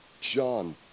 John